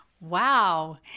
Wow